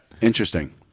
Interesting